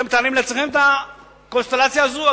אתם מתארים לעצמכם את הקונסטלציה הזו?